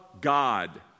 God